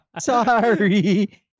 Sorry